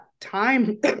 time